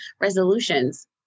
resolutions